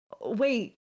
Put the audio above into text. wait